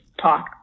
talk